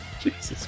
Jesus